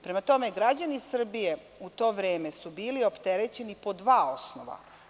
Prema tome, građani Srbije u to vreme su bili opterećeni po dva osnova.